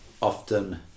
often